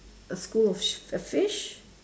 a school of sh~ a fish